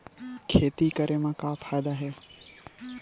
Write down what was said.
खेती करे म का फ़ायदा हे?